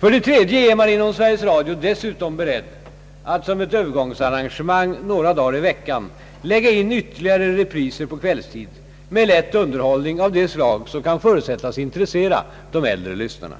För det tredje är man inom Sveriges Radio dessutom beredd att som ett övergångsarrangemang några dagar i veckan lägga in ytterligare repriser på kvällstid med lätt underhållning av det slag, som kan förutsättas intressera de äldre lyssnarna.